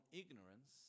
ignorance